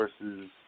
versus